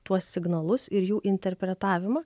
tuos signalus ir jų interpretavimą